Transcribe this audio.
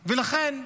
לכן,